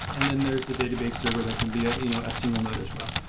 and then there's the database server that can be ah you know a single node as well.